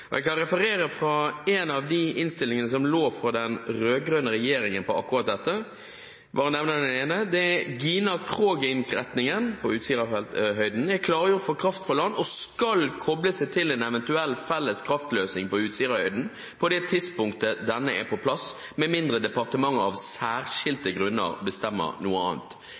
sokkelen. Jeg kan referere fra en av de innstillingene som lå fra den rød-grønne regjeringen på akkurat dette. Jeg vil bare nevne én, og det gjelder Gina Krog-innretningen på Utsirahøyden: «Gina Krog-innretningen er klargjort for kraft fra land, og skal koble seg til en eventuell felles kraftløsning på Utsirahøyden på det tidspunktet denne er på plass, med mindre departementet av særskilte grunner bestemmer noe annet.»